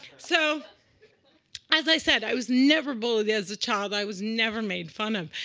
so as i said, i was never bullied as a child. i was never made fun of.